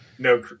No